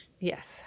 Yes